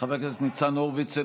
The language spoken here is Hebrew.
חבר הכנסת ניצן הורוביץ,